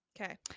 okay